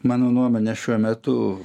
mano nuomone šiuo metu